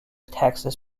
texas